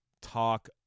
talk